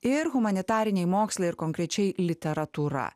ir humanitariniai mokslai ir konkrečiai literatūra